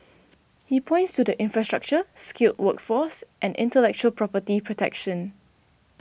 he points to the infrastructure skilled workforce and intellectual property protection